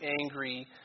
angry